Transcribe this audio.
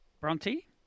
Bronte